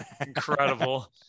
Incredible